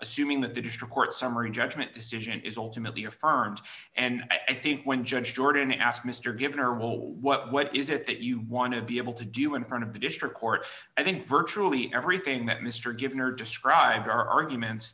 assuming that the district court summary judgment decision is ultimately or firms and i think when judge jordan asked mr given or will what is it that you want to be able to do in front of the district court i think virtually everything that mr given or described are arguments